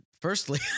Firstly